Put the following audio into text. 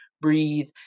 breathe